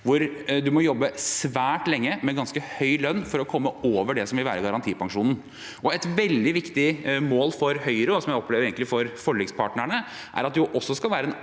man må jobbe svært lenge med ganske høy lønn for å komme over det som vil være garantipensjonen. Et veldig viktig mål for Høyre, og som jeg opplever det egentlig er for forlikspartnerne, er at det også skal være en